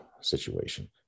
situation